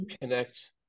connect